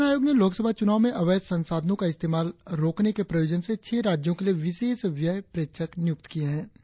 निर्वाचन आयोग ने लोकसभा चुनाव में अवैध संसाधनों का इस्तेमाल रोकने के प्रयोजन से छह राज्यों के लिए विशेष व्यय प्रेक्षक नियुक्त किए हैं